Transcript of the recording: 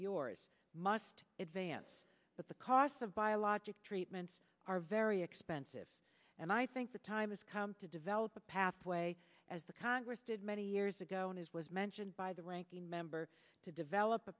yours must advance but the costs of biologic treatments are very expensive and i think the time has come to develop a pathway as the congress did many years ago and as was mentioned by the ranking member to develop a